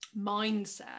mindset